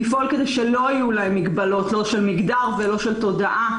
ולפעול כדי שלא יהיו להם מגבלות: לא של מגדר ולא של תודעה,